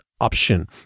option